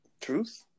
Truth